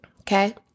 Okay